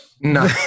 no